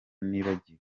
nibagiwe